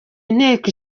inteko